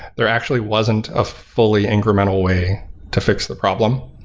there actually wasn't ah fully incremental way to fix the problem,